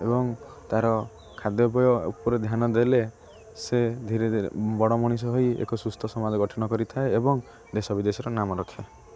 ଏବଂ ତା'ର ଖାଦ୍ୟପୟ ଉପରେ ଧ୍ୟାନ ଦେଲେ ସେ ଧୀରେ ଧୀରେ ବଡ଼ ମଣିଷ ହୋଇ ଏକ ସୁସ୍ଥ ସମାଜ ଗଠନ କରିଥାଏ ଏବଂ ଦେଶ ବିଦେଶର ନାମ ରଖେ